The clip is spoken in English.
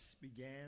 began